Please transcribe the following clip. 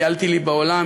טיילתי לי בעולם,